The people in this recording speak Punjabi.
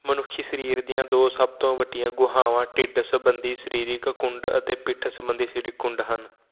ਮਨੁੱਖੀ ਸਰੀਰ ਦੀਆਂ ਦੋ ਸਭ ਤੋਂ ਵੱਡੀਆਂ ਗੁਹਾਵਾਂ ਢਿੱਡ ਸੰਬੰਧੀ ਸਰੀਰਕ ਕੁੰਡ ਅਤੇ ਪਿੱਠ ਸੰਬੰਧੀ ਸਰੀਰਕ ਕੁੰਡ ਹਨ